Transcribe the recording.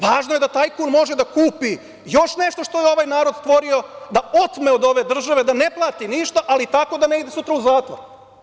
Važno je da tajkun može da kupi još nešto što je ovaj narod stvorio, da otme od ove države, da ne plati ništa, ali tako da ne ide sutra u zatvor.